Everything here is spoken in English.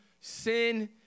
sin